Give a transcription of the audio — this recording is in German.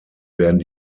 werden